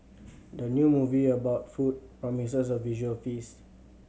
the new movie about food promises a visual feast